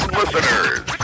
listeners